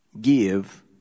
Give